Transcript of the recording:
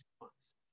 months